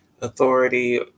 authority